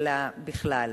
אלא בכלל.